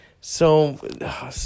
So-